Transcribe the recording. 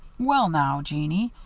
well now, jeannie,